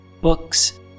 Books